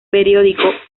periódico